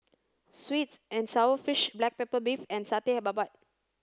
sweets and sour fish black pepper beef and satay Babat